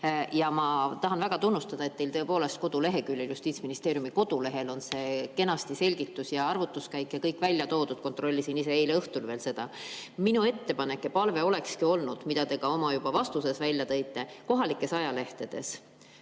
Ma tahan väga tunnustada, et tõepoolest Justiitsministeeriumi kodulehel on kenasti see selgitus ja arvutuskäik kõik välja toodud. Kontrollisin ise eile õhtul veel seda. Minu ettepanek ja palve olekski olnud see, mida te juba ka oma vastuses välja tõite, et kohalikes ajalehtedes,